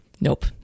nope